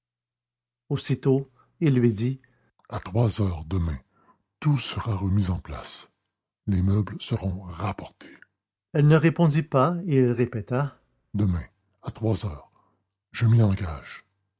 aussitôt il lui dit à trois heures demain tout sera remis en place les meubles seront rapportés elle ne répondit point et il répéta demain à trois heures je m'y engage